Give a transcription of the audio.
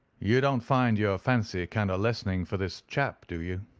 you don't find your fancy kind o' lessening for this chap, do you?